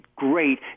great